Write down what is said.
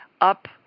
up